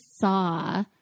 saw